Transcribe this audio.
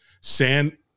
San